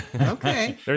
Okay